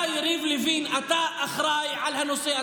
אתה, יריב לוין, אתה אחראי על הנושא.